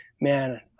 man